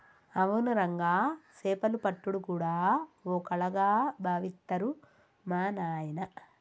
అవును రంగా సేపలు పట్టుడు గూడా ఓ కళగా బావిత్తరు మా నాయిన